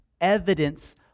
evidence